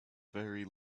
very